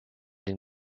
den